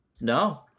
No